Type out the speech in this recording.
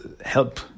help